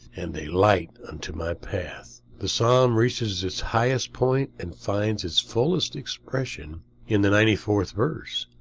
and a light unto my path. the psalm reaches its highest point, and finds its fullest expression in the ninety fourth verse,